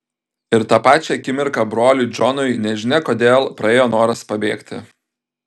ir tą pačią akimirką broliui džonui nežinia kodėl praėjo noras pabėgti